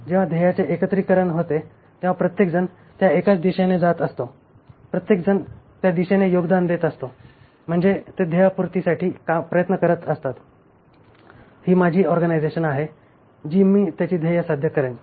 जेव्हा ध्येयांचे एकत्रीकरण होते तेव्हा प्रत्येकजण त्या एकाच दिशेने जात असतो प्रत्येकजण त्या दिशेने योगदान देत असतो म्हणजे ते ध्येयपूर्तीसाठी प्रयत्न तयार करते ही माझी ऑर्गनायझेशन आहे जी मी त्याची ध्येये साध्य करेन